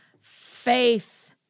faith